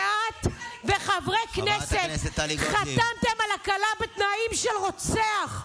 שאת וחברי הכנסת חתמתם על ההקלה בתנאים של רוצח,